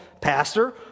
pastor